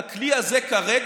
והכלי הזה הוא כרגע,